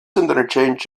interchange